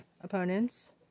opponents